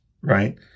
right